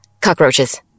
Cockroaches